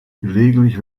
gelegentlich